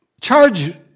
charge